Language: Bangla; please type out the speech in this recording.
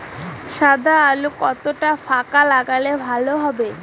সাদা আলু কতটা ফাকা লাগলে ভালো হবে?